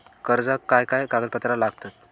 कर्जाक काय काय कागदपत्रा लागतत?